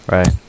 Right